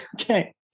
okay